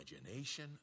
imagination